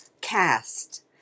Cast